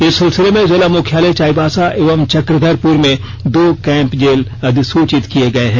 इस सिलसिले में जिला मुख्यालय चाईबासा एवं चक्रधरपुर में दो कैंप जेल अधिसूचित किए गए हैं